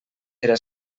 era